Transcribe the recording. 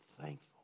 thankful